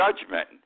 judgment